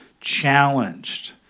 challenged